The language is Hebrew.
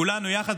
כולנו יחד,